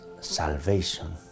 salvation